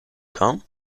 come